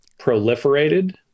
proliferated